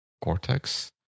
Cortex